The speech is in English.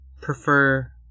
prefer